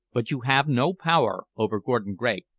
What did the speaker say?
but you have no power over gordon gregg.